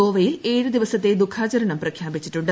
ഗോവയിൽ ഏഴ് ദിവസത്തെ ദുഃഖാചരണം പ്രഖ്യാപിച്ചിട്ടുണ്ട്